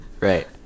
Right